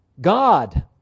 God